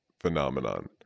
phenomenon